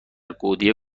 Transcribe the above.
گودی